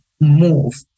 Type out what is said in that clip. move